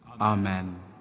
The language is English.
Amen